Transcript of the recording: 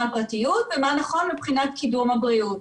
על פרטיות ומה נכון מבחינת קידום הבריאות.